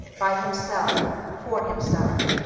by himself, for himself.